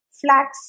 flax